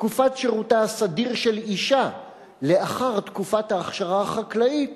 "תקופת שירותה הסדיר של אשה לאחר תקופת ההכשרה החקלאית